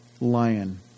lion